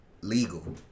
legal